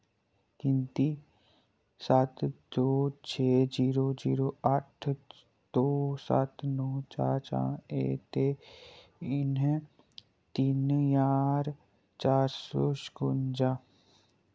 गिनती सत्त दो छे जीरो जीरो अट्ठ दो सत्त नौ चार चार ऐ ते एह् तिन्न ज्हार चार सौ छपुंजा